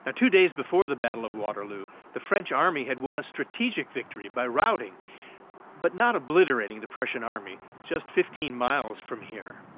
ah two days before the battle of waterloo, the french army had won a strategic victory by routing but not obliterating the prussian army just fifteen miles from here.